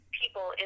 people